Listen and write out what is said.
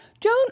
Joan